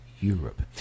Europe